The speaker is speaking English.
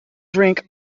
drink